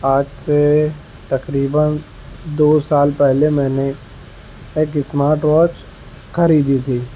آج سے تقریباً دو سال پہلے میں نے ایک اسمارٹ واچ خریدی تھی